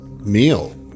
meal